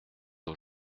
aux